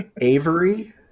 Avery